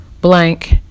blank